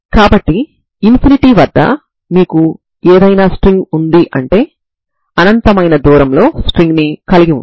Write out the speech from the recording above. కాబట్టి మీరు ప్రాథమికంగా ఈ ఫంక్షన్ sinn యొక్క ఫోరియర్ సిరీస్ని కనుగొంటారు